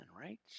right